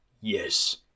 Yes